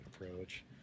approach